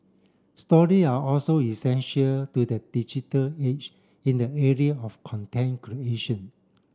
story are also essential to the digital age in the area of content creation